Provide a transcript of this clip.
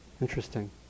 Interesting